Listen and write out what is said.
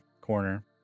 corner